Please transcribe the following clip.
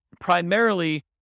primarily